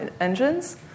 engines